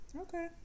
Okay